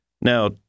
Now